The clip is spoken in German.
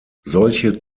solche